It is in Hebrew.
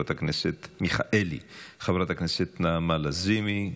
חברת הכנסת נעמה לזימי,